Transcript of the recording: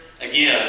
again